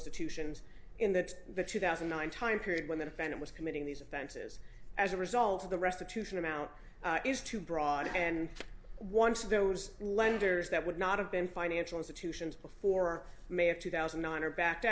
institutions in that the two thousand and nine time period when the defendant was committing these offenses as a result of the restitution amount is too broad and one of those lenders that would not have been financial institutions before may of two thousand and nine or backed